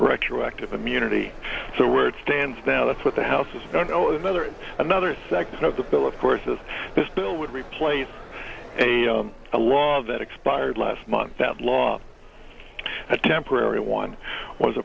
retroactive immunity so where it stands now that's what the house is don't know another another section of the bill of course is this bill would replace a law that expired last month that law a temporary one was